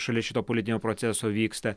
šalia šito politinio proceso vyksta